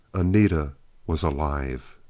anita was alive!